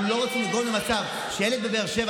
אנחנו לא רוצים לגרום למצב שבו ילד בבאר שבע